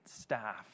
staff